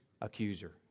accuser